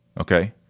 okay